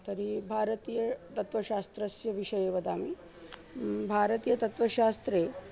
तर्हि भारतीयतत्वशास्त्रस्य विषये वदामि भारतीयतत्वशास्त्रे